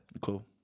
Cool